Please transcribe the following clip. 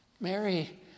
Mary